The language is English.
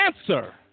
answer